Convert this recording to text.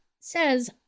says